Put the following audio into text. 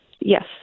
Yes